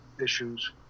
issues